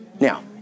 Now